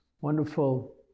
wonderful